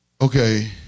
Okay